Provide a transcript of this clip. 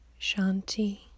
Shanti